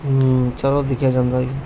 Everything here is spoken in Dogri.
हूं चलो दिक्खा जंदा ही